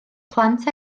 plant